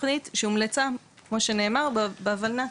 תוכנית שהומלצה כמו שנאמר בוולנת"ע,